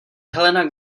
helena